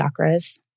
chakras